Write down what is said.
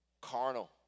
carnal